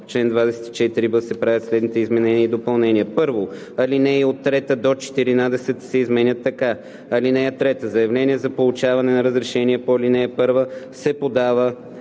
чл. 24б се правят следните изменения и допълнения: 1. Алинеи 3 – 14 се изменят така: „(3) Заявление за получаване на разрешение по ал. 1 се подава